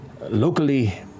Locally